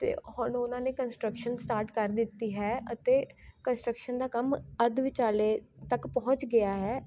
ਅਤੇ ਹੁਣ ਉਹਨਾਂ ਨੇ ਕੰਸਟਰਕਸ਼ਨ ਸਟਾਰਟ ਕਰ ਦਿੱਤੀ ਹੈ ਅਤੇ ਕੰਸਟਰਕਸ਼ਨ ਦਾ ਕੰਮ ਅੱਧ ਵਿਚਾਲੇ ਤੱਕ ਪਹੁੰਚ ਗਿਆ ਹੈ